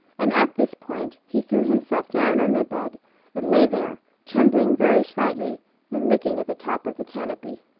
and at this point he threw himself down on the bed and lay there, trembling very slightly and looking at the top of the canopy.